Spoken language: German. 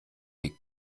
weg